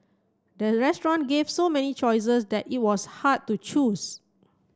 the restaurant gave so many choices that it was hard to choose